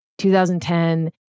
2010